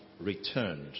returned